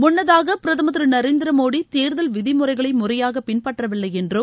முன்னதாக பிரதமர் திரு நரேந்திர மோடி தேர்தல் விதிமுறைகளை முறையாக பின்பற்றவில்லை என்றும்